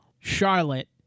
Charlotte